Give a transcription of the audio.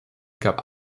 gab